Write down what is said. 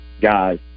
guys